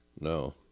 No